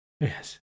Yes